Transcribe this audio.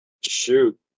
Shoot